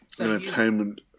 Entertainment